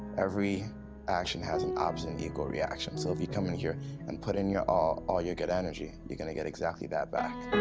every action has an opposite and equal reaction. so if you come in here and put in your all, all your good energy, you're gonna get exactly that back.